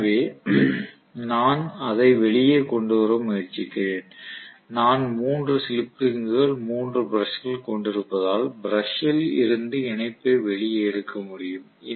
எனவே நான் அதை வெளியே கொண்டு வர முயற்சிக்கிறேன் நான் 3 ஸ்லிப் ரிங்குகள் 3 பிரஷ்கள் கொண்டிருப்பதால் பிரஷ் ல் இருந்து இணைப்பை வெளியே எடுக்க முடியும்